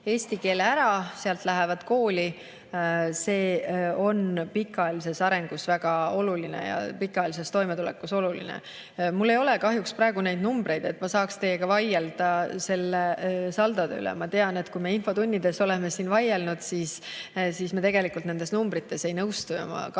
eesti keele ära, sealt lähevad kooli – see on pikaajalises arengus ja pikaajalises toimetulekus oluline. Kahjuks mul ei ole praegu neid numbreid [kaasas], et ma saaks teiega vaielda selle saldo üle. Ma tean, et kui me infotundides oleme siin vaielnud, siis me tegelikult nendes numbrites ei nõustu. Ja ma kaldun